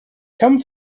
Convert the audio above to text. come